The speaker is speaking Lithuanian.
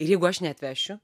ir jeigu aš neatvešiu